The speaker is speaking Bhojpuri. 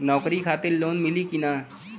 नौकरी खातिर लोन मिली की ना?